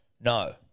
No